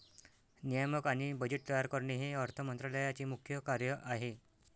नियामक आणि बजेट तयार करणे हे अर्थ मंत्रालयाचे मुख्य कार्य आहे